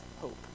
hope